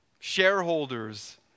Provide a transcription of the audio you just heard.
shareholders